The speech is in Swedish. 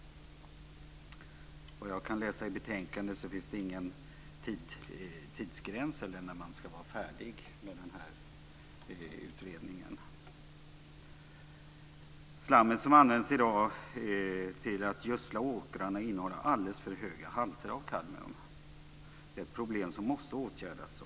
Vad jag kan läsa i betänkandet finns det ingen tidsgräns för när man ska vara färdig med utredningen. Slammet som i dag används till att gödsla åkrarna innehåller alldeles för höga halter av kadmium. Det är ett problem som måste åtgärdas.